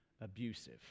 abusive